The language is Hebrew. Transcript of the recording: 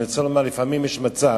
אני רוצה לומר שלפעמים יש מצב,